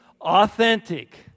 authentic